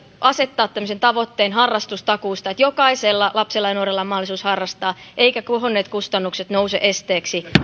asettaa tämmöisen tavoitteen harrastustakuusta että jokaisella lapsella ja nuorella on mahdollisuus harrastaa eivätkä kohonneet kustannukset nouse esteeksi